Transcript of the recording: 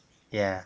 ya